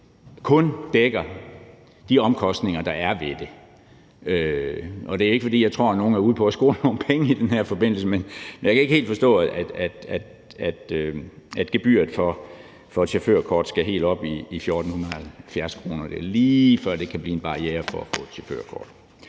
kun dækker de omkostninger, der er ved det. Og det er ikke, fordi jeg tror, at nogle er ude på at score nogle penge i den her forbindelse, men jeg kan ikke helt forstå, at gebyret for et chaufførkort skal helt op på 1.470 kr. Det er lige før, det kan blive en barriere for at få et chaufførkort.